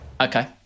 Okay